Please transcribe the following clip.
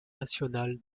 nationale